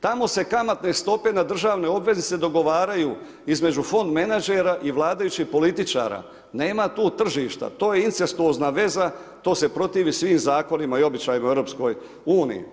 Tamo se kamatne stope na državnoj obvezi se dogovaraju između fond menađera i vladajućih političara, nema tu tržišta, to je incestuozna veza, to se protiv svim zakonima i običajima u EU.